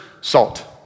salt